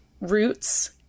roots